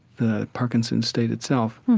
the parkinson's state itself